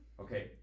Okay